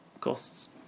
costs